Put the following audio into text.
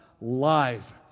life